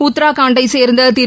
உத்தரகாண்டை சேர்ந்த திரு